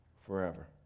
forever